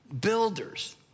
builders